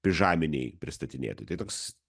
pižaminiai pristatinėtojai tai toks